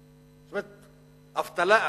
זאת אומרת, אבטלה?